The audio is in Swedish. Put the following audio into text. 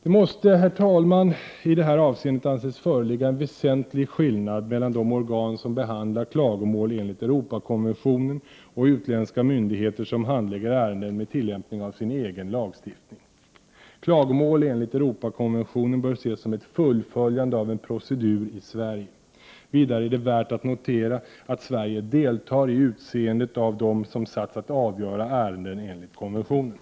Det måste, herr talman, i det här avseendet anses föreligga en väsentlig skillnad mellan de organ som behandlar klagomål enligt Europakonventionen och de utländska myndigheter som handlägger ärenden med tillämpning av sin egen lagstiftning. Klagomål enligt Europakonventionen bör ses som ett fullföljande av en procedur i Sverige. Vidare är det värt att notera att Sverige deltar när det gäller att utse dem som har att avgöra ärenden enligt konventionen.